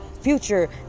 Future